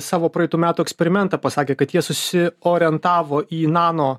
savo praeitų metų eksperimentą pasakė kad jie susiorientavo į nano